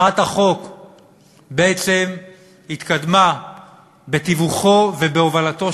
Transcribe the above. הצעת החוק בעצם התקדמה בתיווכו ובהובלתו